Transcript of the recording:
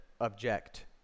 object